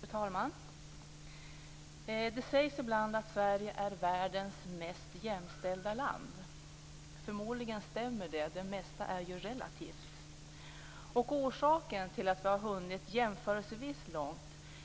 Fru talman! Det sägs ibland att Sverige är värdens mest jämställda land. Förmodligen stämmer det. Det mesta är ju relativt. Orsaken till att vi har hunnit jämförelsevis långt